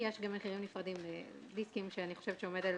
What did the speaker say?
כמו שאמרתי,